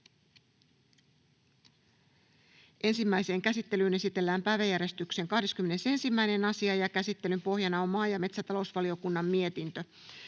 Ensimmäiseen käsittelyyn esitellään päiväjärjestyksen 6. asia. Käsittelyn pohjana on valtiovarainvaliokunnan mietintö